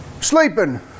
Sleeping